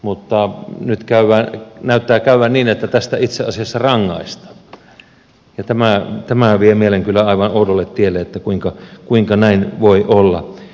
mutta nyt näyttää käyvän niin että tästä itse asiassa rangaistaan ja tämä vie mielen kyllä aivan oudolle tielle että kuinka näin voi olla